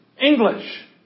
English